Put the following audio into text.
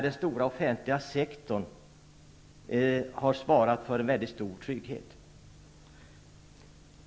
Den stora offentliga sektorn har utgjort en stor trygghet.